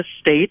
state